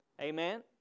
amen